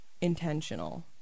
intentional